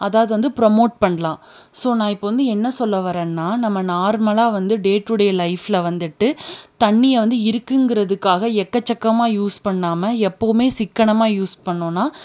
அதாவது வந்து ப்ரமோட் பண்ணலாம் ஸோ நான் இப்போ வந்து என்ன சொல்ல வர்றேன்னா நம்ம நார்மலாக வந்து டே டு டே லைஃபில் வந்துட்டு தண்ணியை வந்து இருக்குங்கிறதுக்காக எக்கச்சக்கமாக யூஸ் பண்ணாமல் எப்போதுமே சிக்கனமாக யூஸ் பண்ணோம்னா